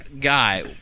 guy